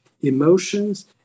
Emotions